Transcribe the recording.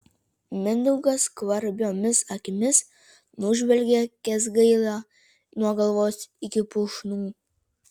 mindaugas skvarbiomis akimis nužvelgia kęsgailą nuo galvos iki pušnų